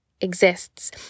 exists